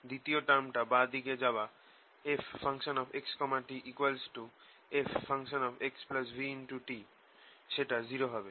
দ্বিতীয় টার্ম যা বাঁ দিকে যাওয়া fxtfxvt সেটা 0 হবে